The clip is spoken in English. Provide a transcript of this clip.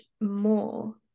more